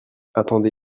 attendez